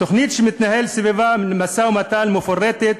התוכנית שמתנהל סביבה משא-ומתן מפורטת